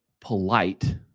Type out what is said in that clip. polite